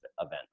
event